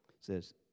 says